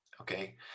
okay